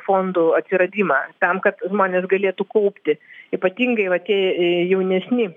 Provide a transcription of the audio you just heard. fondų atsiradimą tam kad žmonės galėtų kaupti ypatingai va tie jaunesni